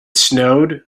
snowed